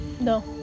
No